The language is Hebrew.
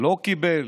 לא קיבל,